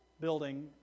building